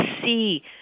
see